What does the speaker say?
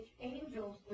angels